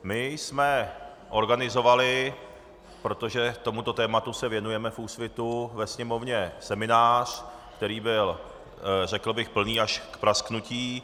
My jsme organizovali, protože tomuto tématu se věnujeme v Úsvitu, ve Sněmovně seminář, který byl, řekl bych, plný až k prasknutí.